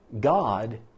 God